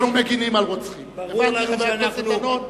ברור לנו שאנחנו מכוונים,